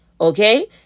Okay